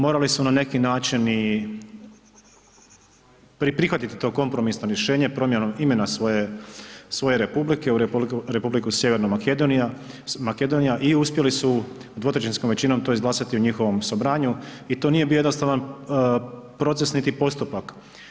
Morali su na neki način i prihvatiti to kompromisno rješenje, promjenom imena svoje Republiku, u Republiku Sjeverna Makedonija i uspjeli su 2/3 većinom to izglasati u njihovom Sobranju i to nije bio jednostavan procesni postupak.